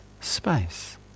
space